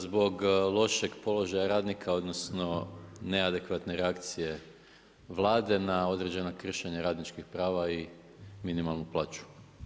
Zbog lošeg položaja radnika odnosno neadekvatne reakcije Vlade na određena kršenja radničkih prava i minimalnu plaću.